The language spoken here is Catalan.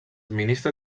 ministre